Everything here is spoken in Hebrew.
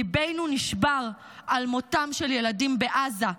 ליבנו נשבר על מותם של ילדים בעזה.